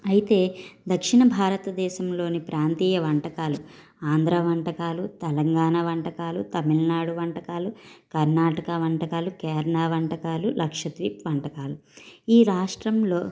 అయితే దక్షిణ భారతదేశం లోని ప్రాంతీయ వంటకాలు ఆంధ్ర వంటకాలు తెలంగాణ వంటకాలు తమిళనాడు వంటకాలు కర్ణాటక వంటకాలు కేరళ వంటకాలు లక్షద్వీప్ వంటకాలు ఈ రాష్ట్రంలో